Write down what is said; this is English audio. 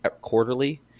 quarterly